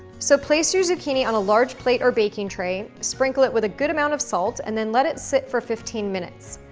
so place your zucchini on a large plate or baking tray, sprinkle it with a good amount of salt, and then let it sit for fifteen minutes.